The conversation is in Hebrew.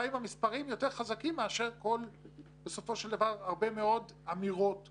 אשמח מאוד לתשובתך החיובית והמהירה לכך,